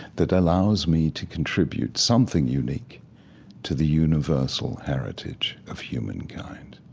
that allows me to contribute something unique to the universal heritage of humankind.